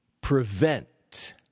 prevent